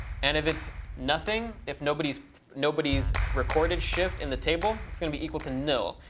and if it's nothing, if nobody's nobody's recorded shift in the table, it's going to be equal to nil.